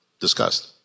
discussed